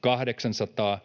800